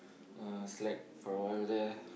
uh slack for a while there